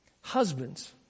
Husbands